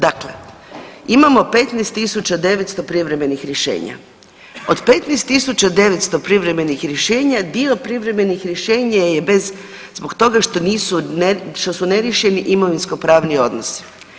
Dakle, imamo 15.900 privremenih rješenja, od 15.900 privremenih rješenja dio privremenih rješenja je zbog toga što su neriješeni imovinskopravni odnosi.